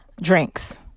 drinks